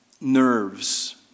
nerves